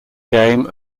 game